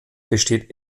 besteht